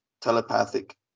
telepathic